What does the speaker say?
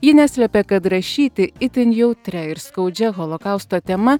ji neslėpė kad rašyti itin jautria ir skaudžia holokausto tema